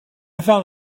found